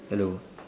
hello